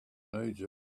egypt